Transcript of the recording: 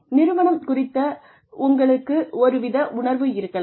நிறுவனம் குறித்து உங்களுக்கு ஒரு வித உணர்வு இருக்கலாம்